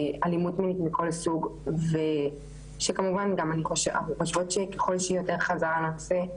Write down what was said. אלימות מכל סוג ושכמובן גם אנחנו חושבות שככל שיהיה חזרה על הנושא,